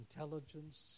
intelligence